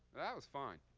that was fine.